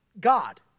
God